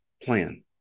Plan